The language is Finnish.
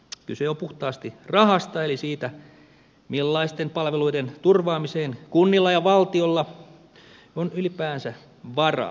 kyse on puhtaasti rahasta eli siitä millaisten palveluiden turvaamiseen kunnilla ja valtiolla on ylipäänsä varaa